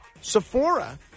Sephora